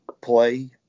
play